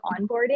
onboarding